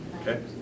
Okay